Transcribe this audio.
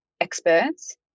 experts